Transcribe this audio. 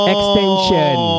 Extension